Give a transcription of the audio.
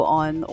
on